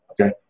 okay